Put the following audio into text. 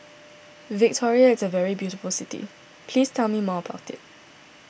Victoria is a very beautiful city please tell me more about it